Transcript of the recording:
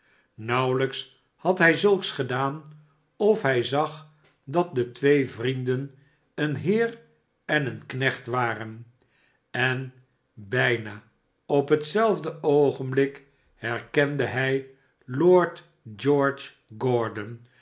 nauwelijks had hij zulks gedaan of hij zag dat de twee vrienden een heer en een knecht waren en bijna op hetzelfde oogenblik herkende hij lord